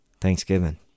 Thanksgiving